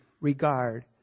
regard